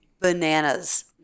bananas